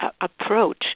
approach